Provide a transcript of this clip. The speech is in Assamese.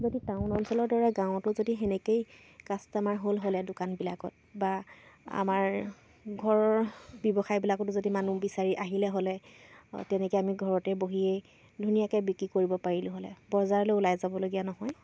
যদি টাউন অঞ্চলৰ দৰে গাঁৱতো যদি সেনেকেই কাষ্টমাৰ হ'ল হ'লে দোকানবিলাকত বা আমাৰ ঘৰৰ ব্যৱসায়বিলাকতো যদি মানুহ বিচাৰি আহিলে হ'লে তেনেকৈ আমি ঘৰতে বহিয়েই ধুনীয়াকৈ বিক্ৰী কৰিব পাৰিলোঁ হ'লে বজাৰলৈ ওলাই যাবলগীয়া নহয়